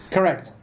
Correct